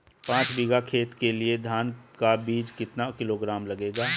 पाँच बीघा खेत के लिये धान का बीज कितना किलोग्राम लगेगा?